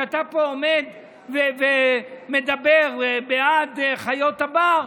שאתה פה עומד ומדבר בעד חיות הבר,